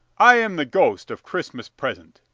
i am the ghost of christmas present,